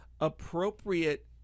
appropriate